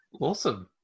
Awesome